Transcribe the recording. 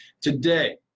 today